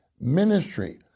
ministry